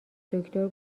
دکتر